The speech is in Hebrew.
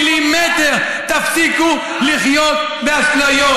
תפסיקו לחיות באשליות,